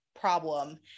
problem